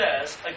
says